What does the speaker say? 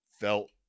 felt